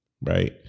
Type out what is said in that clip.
right